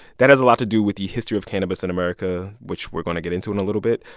that has a lot to do with the history of cannabis in america, which we're going to get into in a little bit.